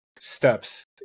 steps